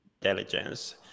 intelligence